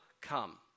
come